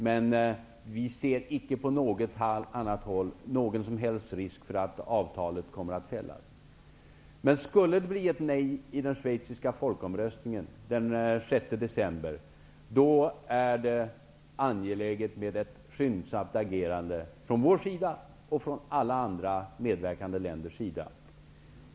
Men vi ser icke på något annat håll någon som helst risk för att avtalet fälls. Skulle det dock bli ett nej i den schweiziska folkomröstningen den 6 december, är det angeläget med ett skyndsamt agerande både från vår sida och från alla andra medverkande länders sida.